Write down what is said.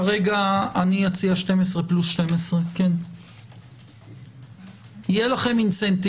כרגע אנו מציעים 12 פלוס 12. יהיה לכם תמריץ